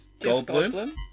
Goldblum